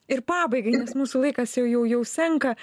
ir pabaigai nes mūsų laikas jau jau senka